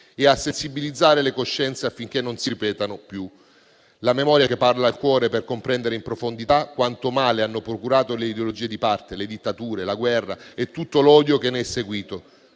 e a sensibilizzare le coscienze affinché non si ripetano più. La memoria parla al cuore per comprendere in profondità quanto male hanno procurato le ideologie di parte, le dittature, la guerra e tutto l'odio che ne è seguito: